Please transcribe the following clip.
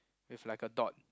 with like a dot